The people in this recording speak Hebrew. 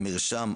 מרשם,